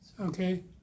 Okay